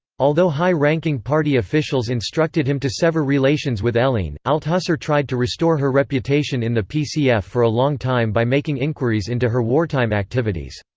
although high-ranking party officials instructed him to sever relations with helene, althusser tried to restore her reputation in the pcf for a long time by making inquiries into her wartime activities.